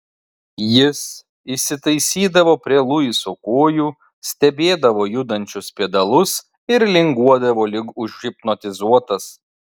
jis įsitaisydavo prie luiso kojų stebėdavo judančius pedalus ir linguodavo lyg užhipnotizuotas